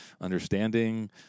understanding